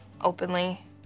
openly